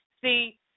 See